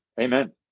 Amen